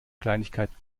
kleinigkeiten